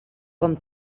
com